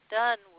done